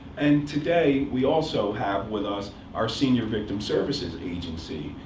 and today, we also have with us our senior victim services agency.